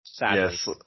Yes